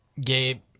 Gabe